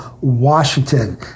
Washington